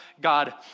God